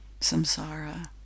Samsara